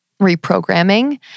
reprogramming